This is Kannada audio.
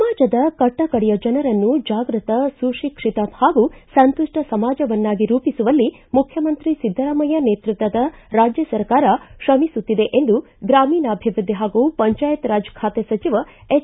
ಸಮಾಜದ ಕಟ್ಟ ಕಡೆಯ ಜನರನ್ನು ಜಾಗೃತ ಸುಶಿಕ್ಷಿತ ಹಾಗೂ ಸಂತುಷ್ಟ ಸಮಾಜವನ್ನಾಗಿ ರೂಪಿಸುವಲ್ಲಿ ಮುಖ್ಯಮಂತ್ರಿ ಸಿದ್ದರಾಮಯ್ಯ ನೇತೃತ್ವದ ರಾಜ್ಯ ಸರ್ಕಾರ ತ್ರಮಿಸುತ್ತಿದೆ ಎಂದು ಗೂಮೀಣಾಭಿವೃದ್ದಿ ಹಾಗೂ ಪಂಚಾಯತ್ ರಾಜ್ ಖಾತೆ ಸಚಿವ ಎಚ್